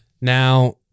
Now